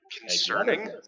concerning